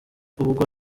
ubwo